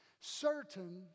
Certain